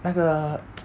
那个